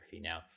now